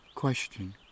question